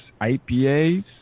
IPAs